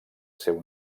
seu